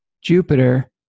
Jupiter